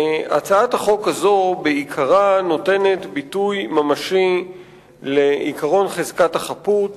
הצעת החוק הזאת בעיקרה נותנת ביטוי ממשי לעקרון חזקת החפות